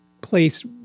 place